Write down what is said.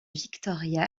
victoria